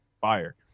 fire